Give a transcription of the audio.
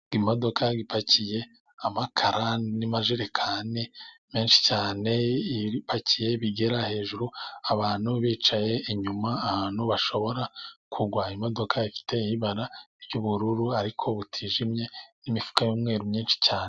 Imodoka ipakiye amakara n'amajerekani menshi cyane, ibipakiye bigera hejuru abantu bicaye inyuma ahantu bashobora kugwa, imodoka ifite ibara ry'ubururu ariko butijimye, n'imifuka y'umweru myinshi cyane.